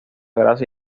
grasa